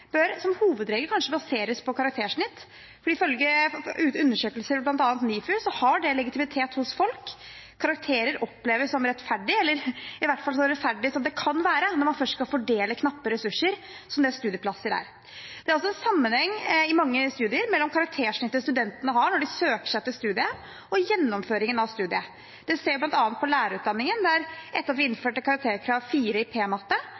bør baseres på karaktersnitt. Ifølge undersøkelser fra bl.a. NIFU, Nordisk institutt for studier av innovasjon, forskning og utdanning, har det legitimitet hos folk. Karakterer oppleves som rettferdig, eller i hvert fall så rettferdig som det kan være når man først skal fordele knappe ressurser, som studieplasser er. Det er også i mange studier en sammenheng mellom karaktersnittet studentene har når de søker seg til studiet, og gjennomføringen av studiet. Det ser vi bl.a. på lærerutdanningen – etter at vi innførte karakterkravet 4 i